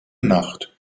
nacht